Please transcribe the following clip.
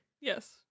yes